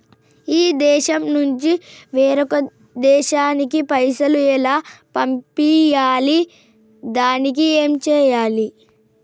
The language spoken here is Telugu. ఈ దేశం నుంచి వేరొక దేశానికి పైసలు ఎలా పంపియ్యాలి? దానికి ఏం చేయాలి?